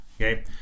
Okay